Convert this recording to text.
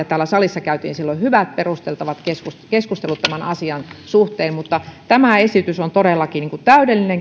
täällä salissa käytiin silloin hyvät perustelevat keskustelut keskustelut tämän asian suhteen mutta tämä esitys on todellakin täydellinen